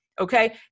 Okay